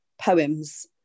poems